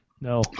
no